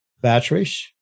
batteries